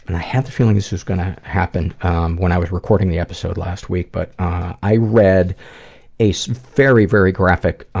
and i had the feeling this was gonna happen when i was recording the episode last week, but i read a so very, very graphic